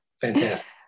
Fantastic